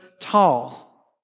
tall